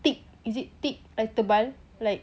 thick is it thick like tebal